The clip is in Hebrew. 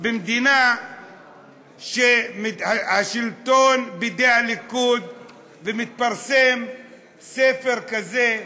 במדינה שבה השלטון בידי הליכוד ומתפרסם ספר כזה,